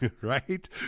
Right